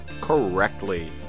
correctly